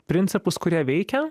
principus kurie veikia